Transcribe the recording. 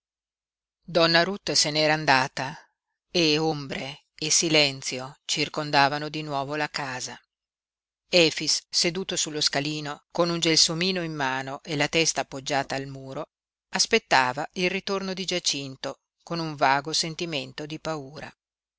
donna ruth se n'era andata e ombre e silenzio circondavano di nuovo la casa efix seduto sullo scalino con un gelsomino in mano e la testa appoggiata al muro aspettava il ritorno di giacinto con un vago sentimento di paura